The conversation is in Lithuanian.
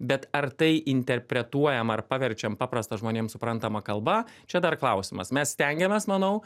bet ar tai interpretuojam ar paverčiam paprasta žmonėm suprantama kalba čia dar klausimas mes stengiamės manau